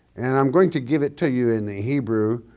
and i'm going to give it to you in the hebrew,